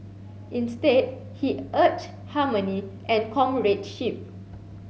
instead he urged harmony and comradeship